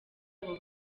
abo